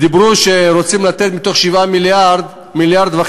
דיברו שרוצים לתת, מתוך 7 מיליארד, 1.5